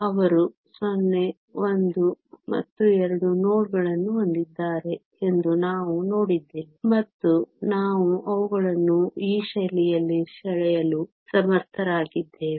ಅವರು 0 1 ಮತ್ತು 2 ನೋಡ್ಗಳನ್ನು ಹೊಂದಿದ್ದಾರೆ ಎಂದು ನಾವು ನೋಡಿದ್ದೇವೆ ಮತ್ತು ನಾವು ಅವುಗಳನ್ನು ಈ ಶೈಲಿಯಲ್ಲಿ ಸೆಳೆಯಲು ಸಮರ್ಥರಾಗಿದ್ದೇವೆ